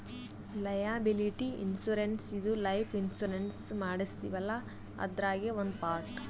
liability insurance ಇದು life insurance ಮಾಡಸ್ತೀವಲ್ಲ ಅದ್ರಾಗೇ ಒಂದ್ ಪಾರ್ಟ್